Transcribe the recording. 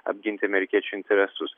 apginti amerikiečių interesus